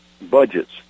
budgets